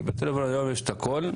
כי בפלאפון יש הכול,